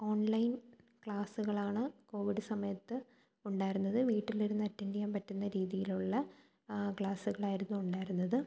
online ക്ലാസുകളാണ് Covid സമയത്ത് ഉണ്ടായിരുന്നത് വീട്ടിൽ ഇരുന്ന് അറ്റൻ്റ് ചെയ്യാൻ പറ്റുന്ന രീതിയിലുള്ള ക്ലാസുകളായിരുന്നു ഉണ്ടായിരുന്നത്